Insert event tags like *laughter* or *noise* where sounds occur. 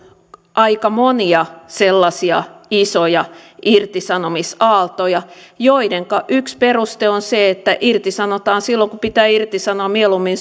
aika monia sellaisia isoja irtisanomisaaltoja joidenka yksi peruste on se että irtisanotaan silloin kun pitää irtisanoa mieluummin *unintelligible*